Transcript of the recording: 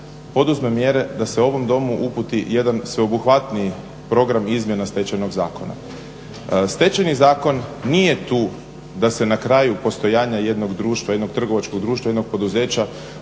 poduzme mjere da se ovom Domu uputi jedan sveobuhvatniji program izmjena Stečajnog zakona. Stečajni zakon nije tu da se na kraju postojanja jednog društva, jednog trgovačkog društva, jednog poduzeća